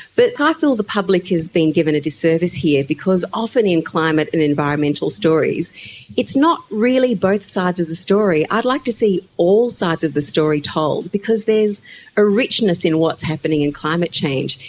but i feel the public has been given a disservice here, because often in climate and environmental stories it's not really both sides of the story. i'd like to see all sides of the story told because there is a richness in what's happening in climate change.